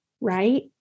Right